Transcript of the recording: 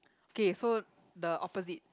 okay so the opposite